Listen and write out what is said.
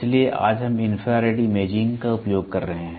इसलिए आज हम इन्फ्रारेड इमेजिंग का उपयोग कर रहे हैं